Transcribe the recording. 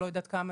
לא יודע כמה